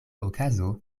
okazo